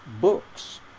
books